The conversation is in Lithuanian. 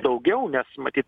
daugiau nes matyt